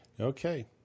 Okay